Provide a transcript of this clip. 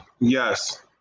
Yes